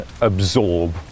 absorb